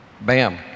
bam